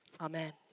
Amen